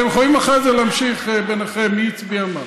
אתם יכולים אחרי זה להמשיך ביניכם, מי הצביע מה.